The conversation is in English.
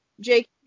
Jake